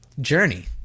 journey